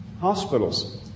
Hospitals